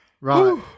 Right